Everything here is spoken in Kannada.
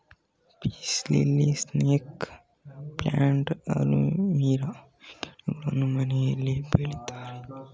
piece lily, snake plant, aloe vera ಗಿಡಗಳನ್ನು ಮನೆಯಲ್ಲಿ ಬೆಳಿತಾರೆ